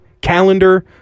calendar